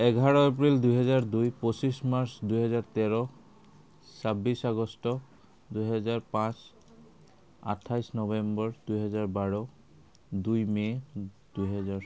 এঘাৰ এপ্ৰিল দুহেজাৰ দুই পঁচিছ মাৰ্চ দুহেজাৰ তেৰ ছাব্বিছ আগষ্ট দুহেজাৰ পাঁচ আঠাইছ নৱেম্বৰ দুহেজাৰ বাৰ দুই মে' দুহেজাৰ